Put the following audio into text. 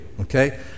okay